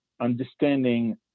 understanding